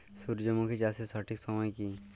সূর্যমুখী চাষের সঠিক সময় কি?